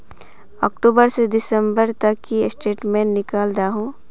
अक्टूबर से दिसंबर तक की स्टेटमेंट निकल दाहू?